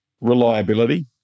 reliability